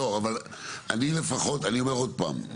אני אומר עוד פעם,